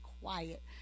quiet